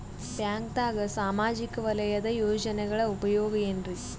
ಬ್ಯಾಂಕ್ದಾಗ ಸಾಮಾಜಿಕ ವಲಯದ ಯೋಜನೆಗಳ ಉಪಯೋಗ ಏನ್ರೀ?